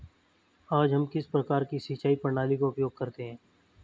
आज हम किस प्रकार की सिंचाई प्रणाली का उपयोग करते हैं?